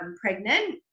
pregnant